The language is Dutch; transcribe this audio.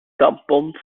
tampons